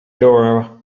dora